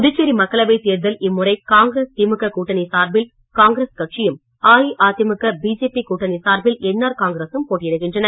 புதுச்சேரி மக்களவை தேர்தல் இம்முறை காங்கிரஸ் திமுக கூட்டணி சார்பில் காங்கிரஸ் கட்சியும் அஇஅதிமுக பிஜேபி கூட்டணி சார்பில் என் ஆர் காங்கிரசும் போட்டியிடுகின்றன